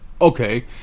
Okay